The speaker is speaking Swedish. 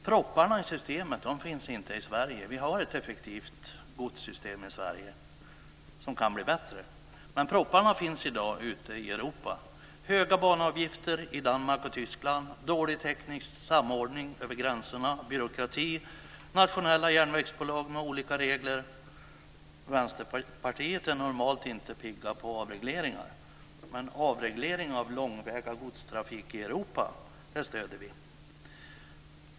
Propparna i systemet finns inte i Sverige, utan vi har ett effektivt godssystem i Sverige, som dock kan bli bättre. Propparna i dag finns i stället ute i Europa. Det gäller då höga banavgifter i Danmark och Tyskland, dålig teknisk samordning över gränserna, byråkrati samt nationella järnvägsbolag som har olika regler. Vi i Vänsterpartiet är normalt inte pigga på avregleringar, men en avreglering av långväga godstrafik i Europa stöder vi.